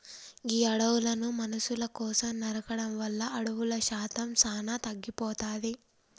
గీ అడవులను మనుసుల కోసం నరకడం వల్ల అడవుల శాతం సానా తగ్గిపోతాది